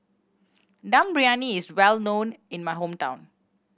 Dum Briyani is well known in my hometown